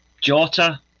Jota